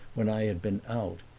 when i had been out,